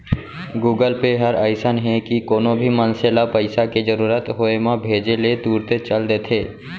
Google Pay हर अइसन हे कि कोनो भी मनसे ल पइसा के जरूरत होय म भेजे ले तुरते चल देथे